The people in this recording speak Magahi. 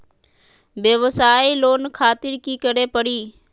वयवसाय लोन खातिर की करे परी?